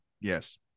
Yes